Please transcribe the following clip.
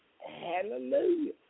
Hallelujah